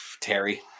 Terry